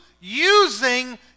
using